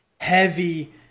heavy